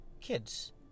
kids